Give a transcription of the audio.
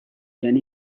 یعنی